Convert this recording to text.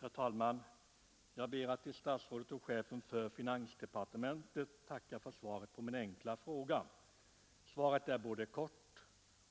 Herr talman! Jag ber att få tacka statsrådet och chefen för finansdepartementet för svaret på min enkla fråga. Svaret är både kort